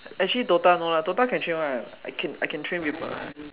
actually DOTA no lah DOTA can train [one] or not I can train people